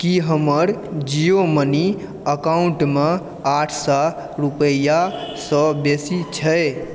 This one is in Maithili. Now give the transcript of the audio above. की हमर जियो मनी अकाउण्टमे आठ सए रूपैआसँ बेसी छै